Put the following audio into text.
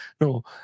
No